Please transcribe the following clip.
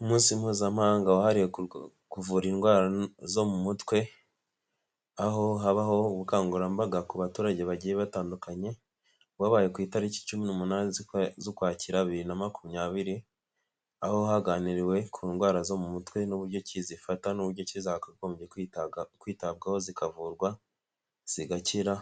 Umunsi mpuzamahanga wahariwe kuvura indwara zo mu mutwe. Aho habaho ubukangurambaga ku baturage bagiye batandukanye. Wabaye ku itariki cumi n'umunani z'Ukwakira bibiri na makumyabiri. Aho haganiriwe ku ndwara zo mu mutwe n'uburyoki zifata n'uburyoki zakagombye kwitabwaho zikavurwa zigakira,